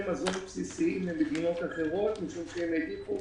מזון בסיסיים למדינות אחרות משום שהם העדיפו